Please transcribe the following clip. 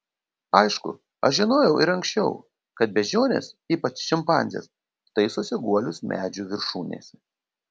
aišku aš žinojau ir anksčiau kad beždžionės ypač šimpanzės taisosi guolius medžių viršūnėse